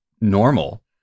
normal